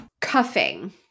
Cuffing